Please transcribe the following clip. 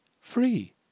free